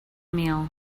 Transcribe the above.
meal